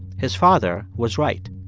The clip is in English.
his father was right.